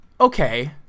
okay